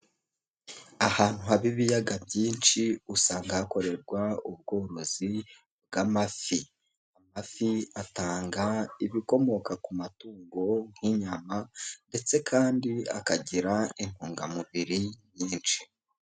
Ahantu haba ibiyaga byinshi usanga hakorerwa ubworozi bw'amafi, amafi atanga ibikomoka ku matungo nk'inyama ndetse kandi akagira intungamubiri nyinshi.